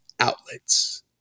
outlets